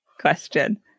question